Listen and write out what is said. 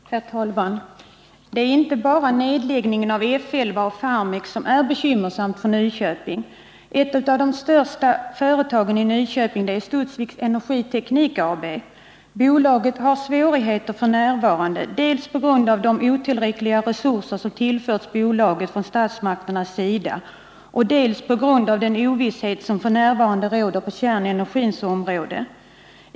Herr talman! Det är inte bara nedläggningen av F 11 och Farmek som är bekymmersam för Nyköping. Ett av ett de största företagen i Nyköping är Studsvik Energiteknik AB. Bolaget har i dag svårigheter, dels på grund av de otillräckliga resurser som tillförts det av statsmakterna, dels på grund av den ovisshet som f. n. råder på kärnenergins område.